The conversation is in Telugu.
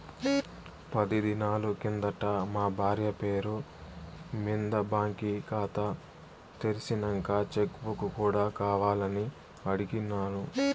పది దినాలు కిందట మా బార్య పేరు మింద బాంకీ కాతా తెర్సినంక చెక్ బుక్ కూడా కావాలని అడిగిన్నాను